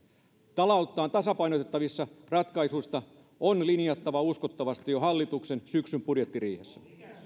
taloutta tasapainottavista ratkaisuista on linjattava uskottavasti jo hallituksen syksyn budjettiriihessä